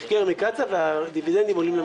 מקצ"א, והדיבידנדים עולים למדינה.